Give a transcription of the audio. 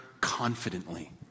confidently